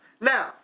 Now